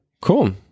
Cool